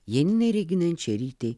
janinai reginai ančerytei